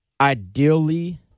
Ideally